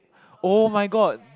oh-my-god